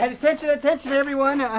and attention, attention everyone!